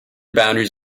boundaries